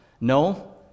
No